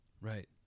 Right